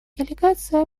делегация